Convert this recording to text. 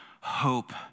hope